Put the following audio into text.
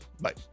Bye